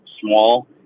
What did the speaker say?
small